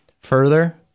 further